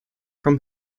from